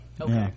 okay